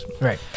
right